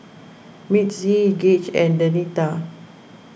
Mitzi Gaige and Denita